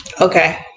Okay